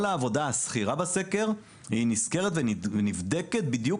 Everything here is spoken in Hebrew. כל העבודה השכירה בסקר נסקרת ונבדקת בדיוק